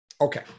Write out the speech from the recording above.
Okay